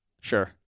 Sure